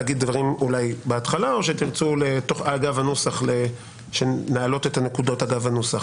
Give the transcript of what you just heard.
תגידו דברים בהתחלה או תעלו את הנקודות אגב הנוסח.